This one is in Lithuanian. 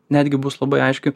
netgi bus labai aiški